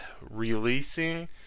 releasing